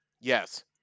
Yes